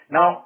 Now